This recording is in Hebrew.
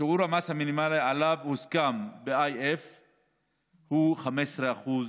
שיעור המס המינימלי שעליו הוסכם ב-IF הוא 15% לפחות.